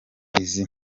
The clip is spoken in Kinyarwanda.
izi